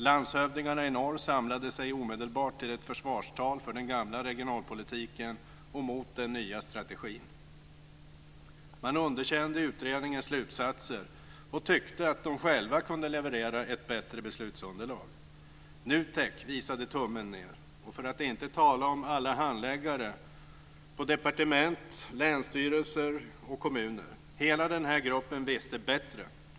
Landshövdingarna i norr samlade sig omedelbart till ett försvarstal för den gamla regionalpolitiken och mot den nya strategin. Man underkände utredningens slutsatser och tyckte att man själv kunde leverera ett bättre beslutsunderlag. NUTEK visade tummen ner, för att inte tala om alla handläggare på departement, länsstyrelser och i kommuner. Hela den här gruppen visste bättre.